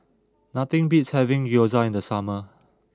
nothing beats having Gyoza in the summer